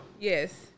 Yes